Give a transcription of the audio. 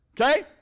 Okay